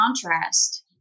contrast